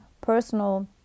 personal